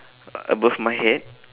uh above my head